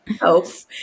health